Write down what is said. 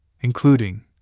including